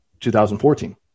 2014